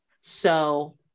So-